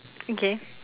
okay